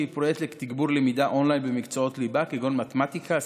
שהיא פרויקט לתגבור למידה און-ליין במקצועות ליבה כגון: מתמטיקה,